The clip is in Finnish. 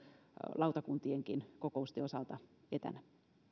lautakuntienkin kokousten osalta etänä